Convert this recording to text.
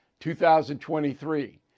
2023